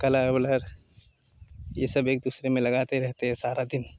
colour वलर ये सब एक दूसरे में लगाते रहते हैं सारा दिन